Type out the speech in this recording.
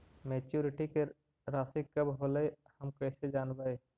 Maturity के रासि कब होलै हम कैसे जानबै?